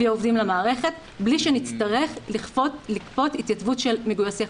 עובדים למערכת בלי שנצטרך לכפות התייצבות של מגויסי חוץ.